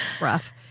rough